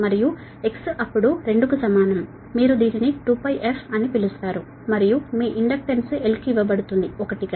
మరియు X అప్పుడు 2 కి సమానం మీరు దీనిని 2πf అని పిలుస్తారు మరియు మీ ఇండక్టెన్స్ L కి ఇవ్వబడుతుంది 1 గా